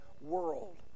world